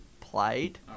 played